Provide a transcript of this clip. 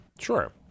Sure